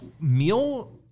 meal